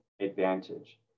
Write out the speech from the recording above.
advantage